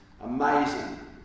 Amazing